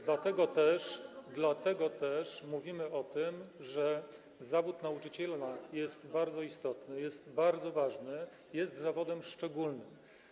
Dlatego też mówimy o tym, że zawód nauczyciela jest bardzo istotny, jest bardzo ważny, jest zawodem szczególnym.